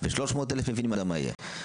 --- אני לא יודע מה יהיה.